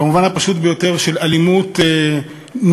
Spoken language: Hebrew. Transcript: במובן הפשוט ביותר, של אלימות ניהולית.